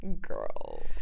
Girl